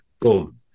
boom